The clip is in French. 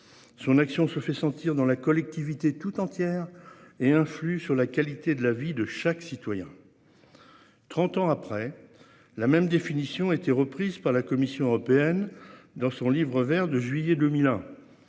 Son action se fait sentir dans la collectivité toute entière et influe sur la qualité de la vie de chaque citoyen. 30 ans après, la même définition était reprise par la Commission européenne dans son livre Vert de juillet 2001.